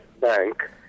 Bank